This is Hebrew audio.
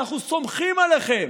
אנחנו סומכים עליכם,